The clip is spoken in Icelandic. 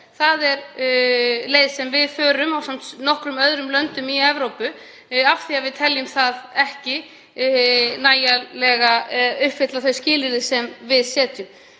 Það er leið sem við förum ásamt nokkrum öðrum löndum í Evrópu af því að við teljum það ekki uppfylla þau skilyrði sem við setjum.